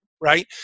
right